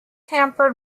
hampered